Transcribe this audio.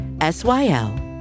S-Y-L